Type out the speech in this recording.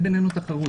אין בינינו תחרות.